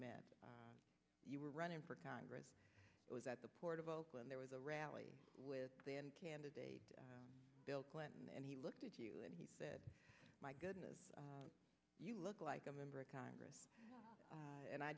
met you were running for congress at the port of oakland there was a rally with then candidate bill clinton and he looked at you and he said my goodness you look like a member of congress and i